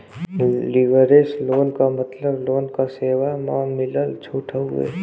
leverage loan क मतलब loan क सेवा म मिलल छूट हउवे